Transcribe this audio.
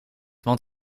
want